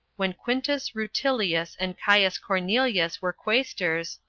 when quintus rutilius and caius cornelius were quaestors,